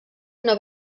una